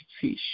fish